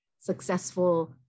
successful